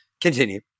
Continue